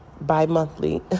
bi-monthly